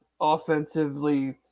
offensively